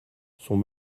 sont